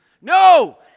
No